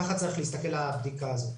ככה צריך להסתכל על הבדיקה הזאת.